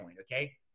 Okay